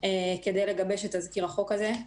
כדי לגבש את תזכיר החוק הזה.